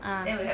ah